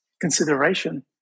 consideration